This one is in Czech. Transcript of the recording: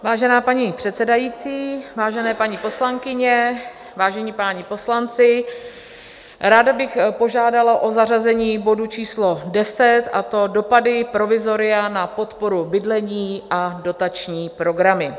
Vážená paní předsedající, vážené paní poslankyně, vážení páni poslanci, ráda bych požádala o zařazení bodu číslo 10, a to dopady provizoria na podporu bydlení a dotační programy.